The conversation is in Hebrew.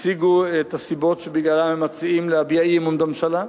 הציגו את הסיבות שבגללן הם מציעים להביע אי-אמון בממשלה.